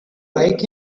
like